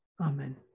Amen